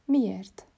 Miért